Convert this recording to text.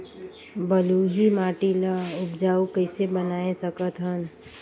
बलुही माटी ल उपजाऊ कइसे बनाय सकत हन?